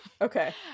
Okay